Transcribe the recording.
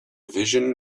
vision